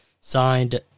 signed